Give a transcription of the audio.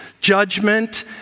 judgment